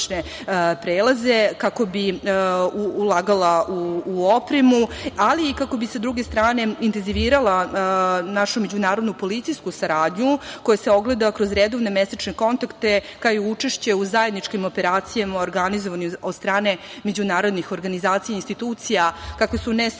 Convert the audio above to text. prelaze kako bi ulagala u opremu, ali i kako bi sa druge strane intenzivirala našu međunarodnu policijsku saradnju koja se ogleda kroz redovne mesečne kontakte, kao i učešće u zajedničkim operacijama u organizovanju od strane međunarodnih organizacija i institucija, kakvi su ne